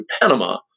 Panama